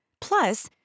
Plus